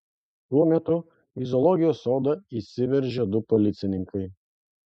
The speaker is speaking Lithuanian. tuo metu į zoologijos sodą įsiveržė du policininkai